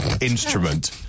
instrument